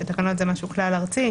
כשתקנות זה משהו כלל ארצי,